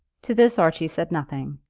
to this archie said nothing,